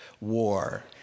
war